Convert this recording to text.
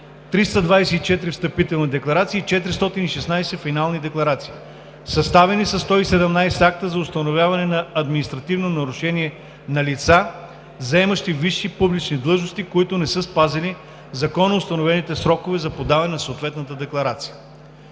324 встъпителни декларации и 416 финални декларации. Съставени са 117 акта за установяване на административно нарушение на лица, заемащи висши публични длъжности, които не са спазили законоустановените срокове за подаване на съответните декларации.